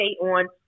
on